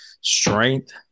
strength